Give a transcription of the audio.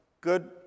good